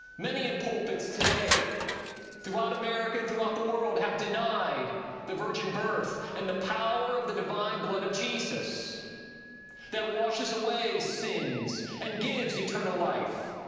many in pulpits today throughout america and throughout the world have denied the virgin birth and the power of the divine blood of jesus that washes away sins and gives eternal life.